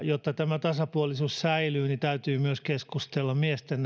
jotta tasapuolisuus säilyy niin täytyy keskustella myös miesten